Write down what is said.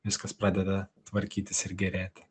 viskas pradeda tvarkytis ir gerėti